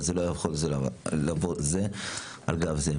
אבל זה לא יכול לבוא על גב זה.